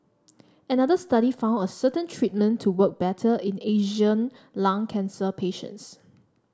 another study found a certain treatment to work better in Asian lung cancer patients